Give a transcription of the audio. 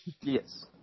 Yes